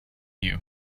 you